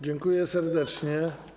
Dziękuję serdecznie.